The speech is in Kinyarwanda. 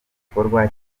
gikorwa